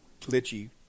glitchy